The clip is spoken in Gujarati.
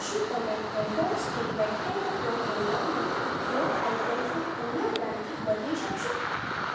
શું તમે હેઝલ સ્ટીલ રેક્ટેગલ ક્લોથ હેંગરને ફ્લોર આઇટમ્સની અન્ય બ્રાન્ડથી બદલી શકશો